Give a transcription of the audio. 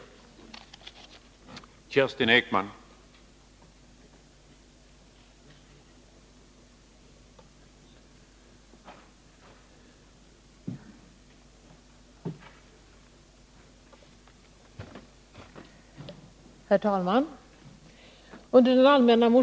Herr talman! Jag yrkar bifall till utskottets hemställan.